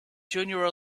junior